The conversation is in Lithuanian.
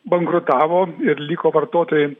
bankrutavo ir liko vartotojai